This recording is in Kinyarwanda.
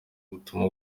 butumwa